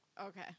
Okay